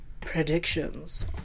predictions